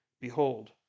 Behold